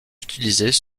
utilisés